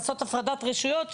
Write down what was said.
רוצים לעשות הפרדת רשויות,